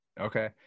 Okay